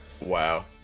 wow